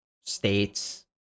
states